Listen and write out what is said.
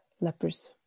lepers